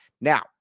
Now